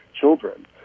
children